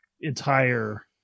entire